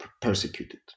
persecuted